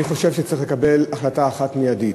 אני חושב שצריך לקבל החלטה אחת מיידית: